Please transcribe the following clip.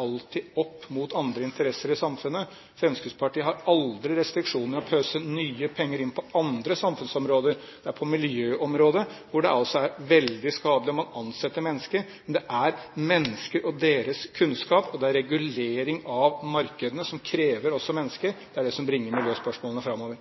alltid er opp mot andre interesser i samfunnet. Fremskrittspartiet har aldri restriksjoner mot å pøse nye penger inn på andre samfunnsområder. Det er på miljøområdet det altså er veldig skadelig at man ansetter mennesker. Men det er mennesker og deres kunnskap – og regulering av markedene, som også krever mennesker – som bringer miljøspørsmålene framover.